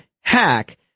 hack